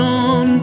on